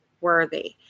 worthy